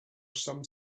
some